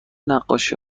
نقاشی